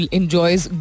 enjoys